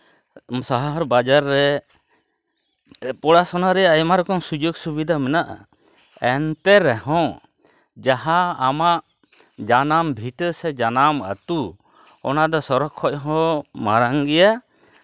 ᱥᱟᱦᱟᱨ ᱵᱟᱡᱟᱨ ᱨᱮ ᱯᱳᱲᱟᱥᱳᱱᱟ ᱨᱮᱭᱟᱜ ᱟᱭᱢᱟ ᱨᱚᱠᱚᱢ ᱥᱩᱡᱚᱜᱽ ᱥᱩᱵᱤᱫᱷᱟ ᱢᱮᱱᱟᱜᱼᱟ ᱮᱱᱛᱮ ᱨᱮᱦᱚᱸ ᱡᱟᱦᱟᱸ ᱟᱢᱟᱜ ᱡᱟᱱᱟᱢ ᱵᱷᱤᱴᱟᱹ ᱥᱮ ᱡᱟᱱᱟᱢ ᱟᱹᱛᱩ ᱚᱱᱟᱫᱚ ᱥᱚᱨᱚᱠ ᱠᱷᱚᱡ ᱦᱚᱸ ᱢᱟᱨᱟᱝ ᱜᱮᱭᱟ